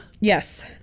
Yes